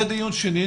זה דיון שני,